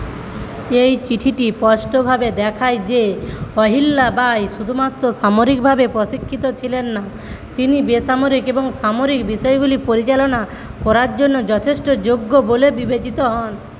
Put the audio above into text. এই চিঠিটি স্পষ্টভাবে দেখায় যে অহিল্যা বাঈ শুধুমাত্র সামরিকভাবে প্রশিক্ষিত ছিলেন না তিনি বেসামরিক এবং সামরিক বিষয়গুলি পরিচালনা করার জন্য যথেষ্ট যোগ্য বলে বিবেচিত হন